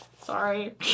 Sorry